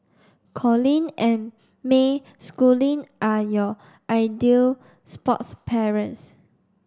Colin and May Schooling are your ideal sports parents